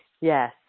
yes